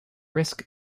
risk